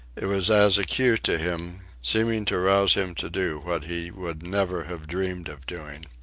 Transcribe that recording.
it was as a cue to him, seeming to rouse him to do what he would never have dreamed of doing.